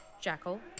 Jackal